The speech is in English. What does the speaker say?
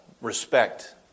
respect